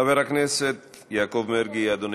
חבר הכנסת יעקב מרגי, אדוני.